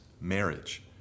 marriage